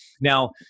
Now